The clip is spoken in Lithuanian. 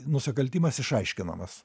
nusikaltimas išaiškinamas